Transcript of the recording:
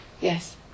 Yes